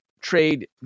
trade